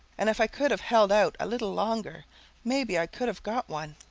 and if i could have held out a little longer maybe i could have got one.